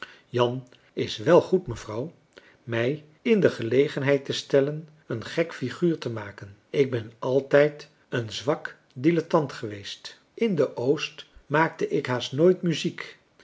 jan is wel goed mevrouw mij in de gelegenheid te stellen een gek figuur te maken ik ben altijd een zwak dilettant geweest in de oost maakte ik haast nooit muziek